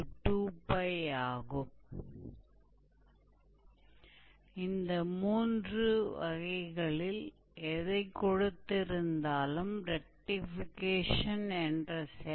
तो उनमें से किसी एक पर विचार किया जा सकता है और इस प्रक्रिया को एक कर्व का रेक्टीफिकेशन कहा जाता है